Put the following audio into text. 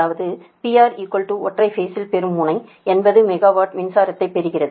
அதாவது PR ஒற்றை பேஸில் பெரும் முனை 80 மெகாவாட் மின்சாரத்தை பெறுகிறது